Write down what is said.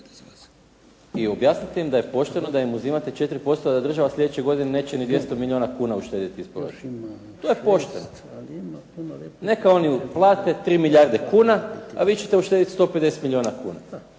i objasnite im da je pošteno da im uzimate 4%, da država sljedeće godine neće ni 200 milijuna kuna uštedjeti iz proračuna. To je pošteno. Neka oni uplate 3 milijarde kuna, a vi ćete uštedjeti 150 milijuna kuna